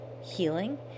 healing